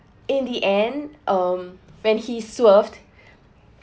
in the end um when he swerved